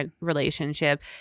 relationship